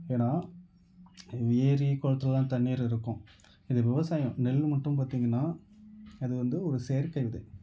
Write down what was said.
ஏன்னால் ஏரி குளத்துலெலா தண்ணீர் இருக்கும் இது விவசாயம் நெல் மட்டும் பார்த்திங்ன்னா அது வந்து ஒரு செயற்கை விதை